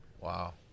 Wow